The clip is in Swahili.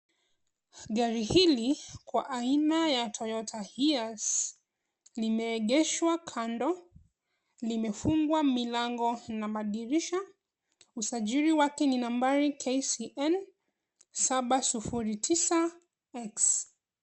Gari hili kwa aina ya Toyota Hiace limeegeshwa kando. Limefungwa milango na madirisha. Usajili wake ni nambari KCN 709X.